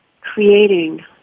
creating